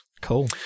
Cool